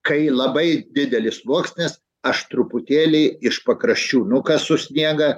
kai labai didelis sluoksnis aš truputėlį iš pakraščių nukasu sniegą